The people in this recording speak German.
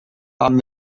haben